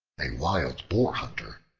a wild-boar hunter,